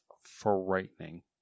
frightening